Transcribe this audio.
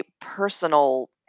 personal